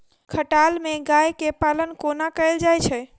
खटाल मे गाय केँ पालन कोना कैल जाय छै?